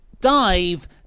dive